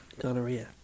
Gonorrhea